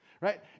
right